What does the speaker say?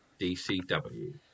DCW